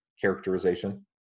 characterization